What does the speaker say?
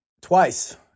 twice